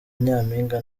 nyampinga